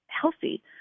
healthy